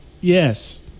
Yes